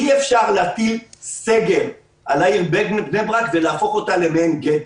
אי אפשר להטיל סגר על העיר בני ברק ולהפוך אותה למעין גטו.